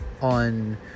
on